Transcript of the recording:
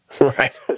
Right